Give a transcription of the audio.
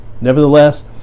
Nevertheless